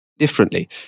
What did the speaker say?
Differently